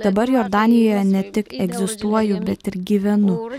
dabar jordanijoje ne tik egzistuoju bet ir gyvenu